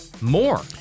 more